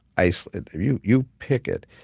iceland. you you pick it.